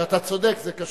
-- שאתה צודק, זה קשה.